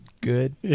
good